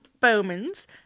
Bowman's